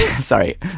Sorry